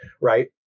right